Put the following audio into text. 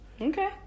Okay